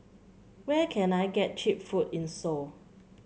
where can I get cheap food in Seoul